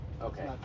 Okay